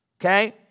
Okay